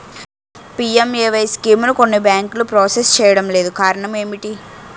PMAY స్కీమును కొన్ని బ్యాంకులు ప్రాసెస్ చేయడం లేదు కారణం ఏమిటి?